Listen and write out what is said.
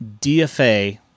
DFA